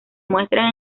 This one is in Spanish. muestran